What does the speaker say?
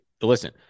Listen